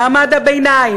מעמד הביניים,